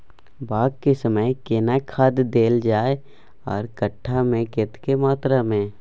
बाग के समय केना खाद देल जाय आर कट्ठा मे कतेक मात्रा मे?